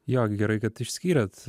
jo gerai kad išskyrėt